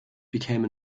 became